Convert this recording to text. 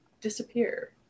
disappear